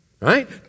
Right